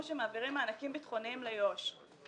שמעבירים מענקים ביטחוניים ליו"ש.